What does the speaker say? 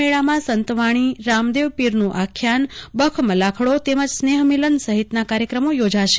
મેળામાં સંતવાણીરામદેવપીરનું આખ્યાનતેમજ સ્નેહમિલન સહિતના કાર્યક્રમો યોજાશે